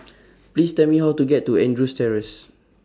Please Tell Me How to get to Andrews Terrace